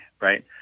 right